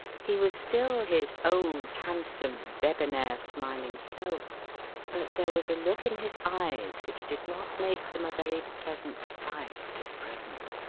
he was still his old handsome, debonnaire, smiling self but there was a look in his eyes which did not make them a very pleasant sight at present.